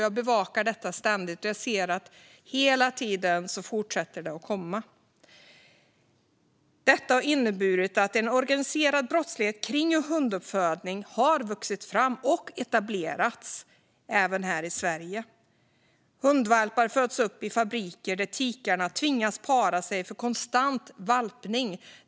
Jag bevakar detta ständigt, och jag ser att det fortsätter komma hela tiden. Detta har inneburit att en organiserad brottslighet kring hunduppfödning har vuxit fram och etablerats även här i Sverige. Hundvalpar föds upp i fabriker där tikarna tvingas para sig för konstant valpning.